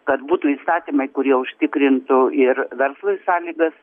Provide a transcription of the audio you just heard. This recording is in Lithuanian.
kad būtų įstatymai kurie užtikrintų ir verslui sąlygas